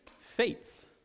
faith